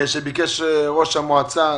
שביקש ראש המועצה.